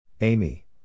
Amy